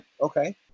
okay